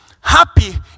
Happy